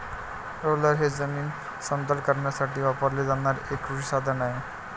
roller हे जमीन समतल करण्यासाठी वापरले जाणारे एक कृषी साधन आहे